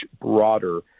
broader